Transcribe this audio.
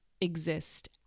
exist